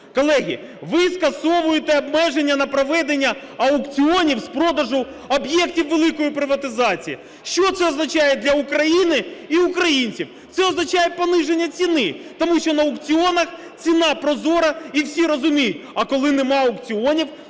Колеги, ви скасовуєте обмеження на проведення аукціонів з продажу об'єктів великої приватизації. Що це означає для України і українців? Це означає пониження ціни, тому що на аукціонах ціна прозора і всі розуміють. А коли немає аукціонів,